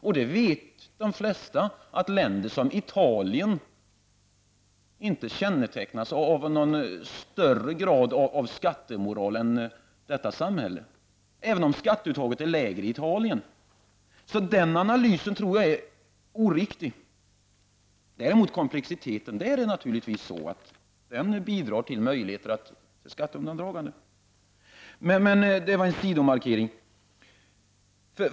De flesta vet att länder som Italien inte kännetecknas av någon högre grad av skattemoral än detta samhälle, även om skatteuttaget är lägre i Italien. Så ledamoten Svenssons analys tror jag är oriktig. Komplexiteten bidrar däremot naturligtvis till möjligheter till skatteundandragande. Detta var emellertid en sidomarkering.